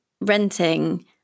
renting